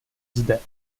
zde